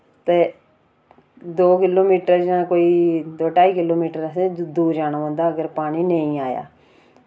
ते दो किलोमीटर जां कोई दो ढाई किलोमीटर असैं ज दूर जाना पोंदा अगर पानी नेईं आया